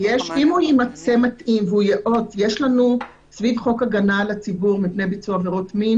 יש לנו סביב חוק ההגנה על הציבור מפני ביצוע עבירות מין